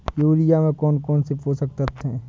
Urea में कौन कौन से पोषक तत्व है?